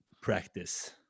practice